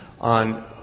on